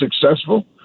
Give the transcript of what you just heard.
successful